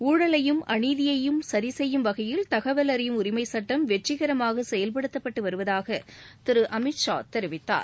ஊழலையும் அநீதியையும் சரி செய்யும் வகையில் தகவல் அறியும் உரிமைச் சட்டம் வெற்றிகரமாக செயல்படுத்தப்பட்டு வருவதாக திரு அமித்ஷா தெரிவித்தார்